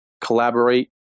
collaborate